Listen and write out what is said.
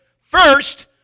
first